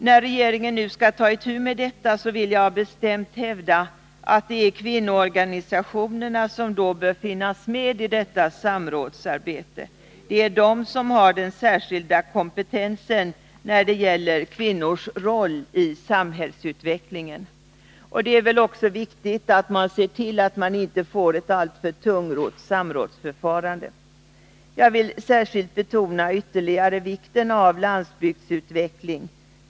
När regeringen nu skall ta itu med detta vill jag bestämt hävda att det är kvinnoorganisationerna som då bör finnas med i samrådsarbetet. Det är de som har den särskilda kompetensen när det gäller kvinnors roll i samhällsutvecklingen. Det är väl också viktigt att man ser till att man inte får ett alltför Jag vill ytterligare betona vikten av landsbygdens utveckling.